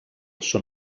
són